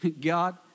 God